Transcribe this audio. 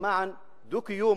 למען דו-קיום,